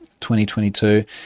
2022